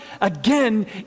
again